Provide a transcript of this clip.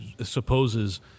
supposes